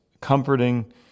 comforting